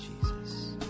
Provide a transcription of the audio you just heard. Jesus